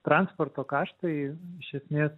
transporto kaštai iš esmės